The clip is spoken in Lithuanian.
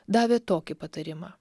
davė tokį patarimą